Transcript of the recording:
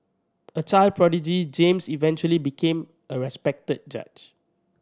a child prodigy James eventually became a respected judge